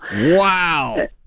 Wow